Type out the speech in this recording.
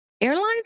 Airlines